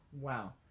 Wow